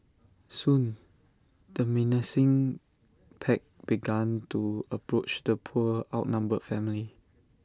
soon the menacing pack began to approach the poor outnumbered family